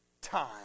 time